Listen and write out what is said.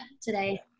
today